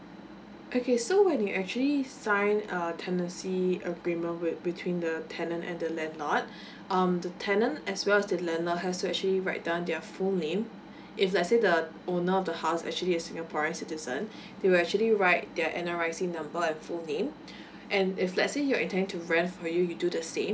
okay so when you actually sign a tendency agreement with between the tenant and the landlord um the tenant as well as the landlord has to actually write down their full name if let's say the owner of the house actually a singaporean citizen they would actually write their N_R_I_C number and full name and if let's say you're intending to rent for you you do the same